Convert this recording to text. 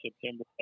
September